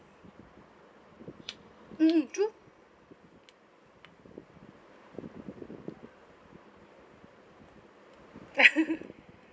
mm mm true